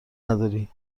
نداری